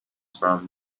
from